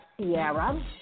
Sierra